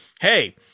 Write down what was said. hey